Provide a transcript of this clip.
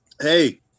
Hey